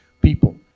People